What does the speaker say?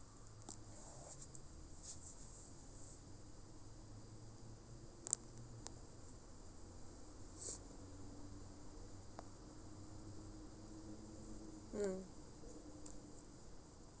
mm